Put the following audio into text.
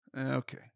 Okay